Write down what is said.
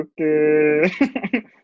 Okay